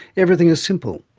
everything is simple,